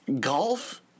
Golf